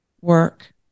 work